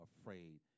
afraid